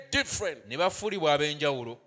different